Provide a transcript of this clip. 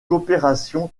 coopération